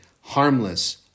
harmless